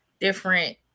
different